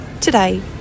today